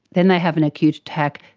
then they have an acute attack,